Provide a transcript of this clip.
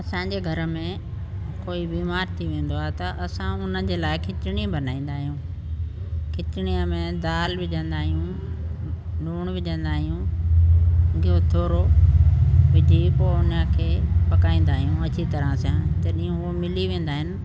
असांजे घर में कोई बीमारु थी वेंदो आहे त असां उन जे लाइ खिचिणी बनाईंदा आहियूं खिचिणीअ में दाल विझंदा आहियूं लूणु विझंदा आहियूं गिहु थोरो विझी पोइ उन खे पकाईंदा आहियूं अच्छी तरह सां जॾहिं हू मिली वेंदा आहिनि